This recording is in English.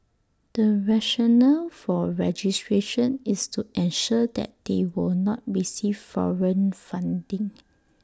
the rationale for registration is to ensure that they will not receive foreign funding